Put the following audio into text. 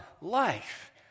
life